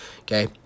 okay